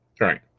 Right